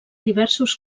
diversos